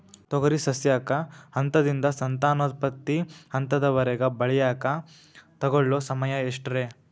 ತೊಗರಿ ಸಸ್ಯಕ ಹಂತದಿಂದ, ಸಂತಾನೋತ್ಪತ್ತಿ ಹಂತದವರೆಗ ಬೆಳೆಯಾಕ ತಗೊಳ್ಳೋ ಸಮಯ ಎಷ್ಟರೇ?